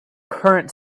current